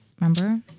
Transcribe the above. Remember